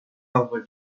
ordres